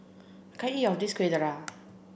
I can't eat all of this Kueh Dadar